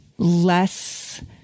less